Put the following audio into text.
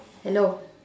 hello